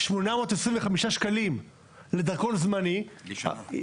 825 שקלים לדרכון זמני לשנה.